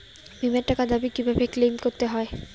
বিমার টাকার দাবি কিভাবে ক্লেইম করতে হয়?